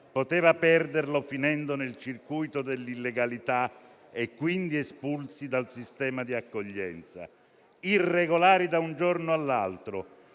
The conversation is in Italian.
poteva perderlo, finendo nel circuito dell'illegalità, quindi espulso dal sistema di accoglienza. Irregolari da un giorno all'altro,